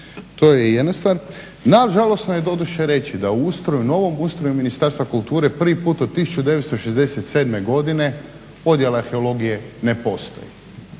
To je jedna stvar. No žalosno je doduše reći da novim ustrojem Ministarstva kulture prvi put od 1967. godine podjela arheologije ne postoji.